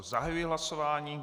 Zahajuji hlasování.